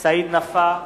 סעיד נפאע,